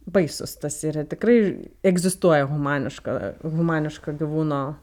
baisus tas yra tikrai egzistuoja humaniška humaniška gyvūno